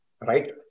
right